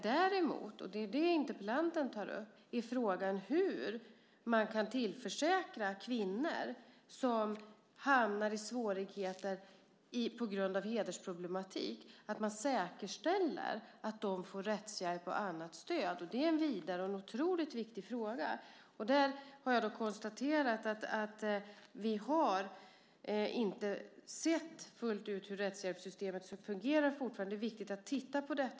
Frågan som interpellanten tar upp handlar om hur man kan säkerställa att kvinnor som hamnar i svårigheter på grund av hedersproblematik får rättshjälp och annat stöd. Det är en vidare fråga, som är otroligt viktig. Där har jag konstaterat att vi ännu inte fullt ut har sett hur rättshjälpssystemet fungerar. Det är viktigt att se på detta.